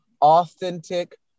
authentic